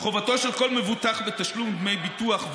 חובתו של כל מבוטח בתשלום דמי ביטוח,